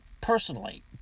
personally